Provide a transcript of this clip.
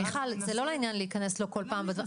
מיכל, זה לא לעניין להיכנס לו כל פעם לדברים.